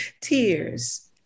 Tears